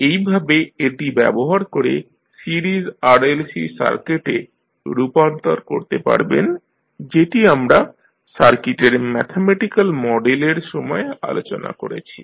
এইভাবে এটি ব্যবহার করে সিরিজ RLC সার্কিটে রূপান্তর করতে পারবেন যেটি আমরা সার্কিটের ম্যাথামেটিক্যাল মডেলের সময় আলোচনা করেছি